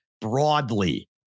broadly